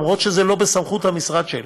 אפילו שזה לא בסמכות המשרד שלי,